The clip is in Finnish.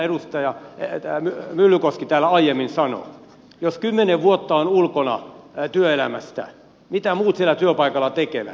edustaja myllykoski täällä aiemmin sanoi että jos kymmenen vuotta on ulkona työelämästä mitä muut siellä työpaikalla tekevät